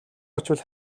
очвол